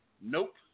Nope